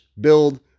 build